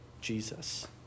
Jesus